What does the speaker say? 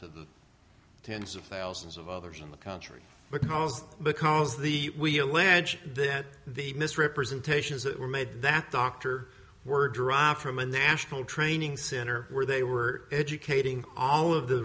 about tens of thousands of others in the country because because the we allege that the misrepresentations that were made that dr word derived from a national training center where they were educating all of the